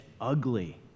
ugly